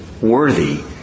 worthy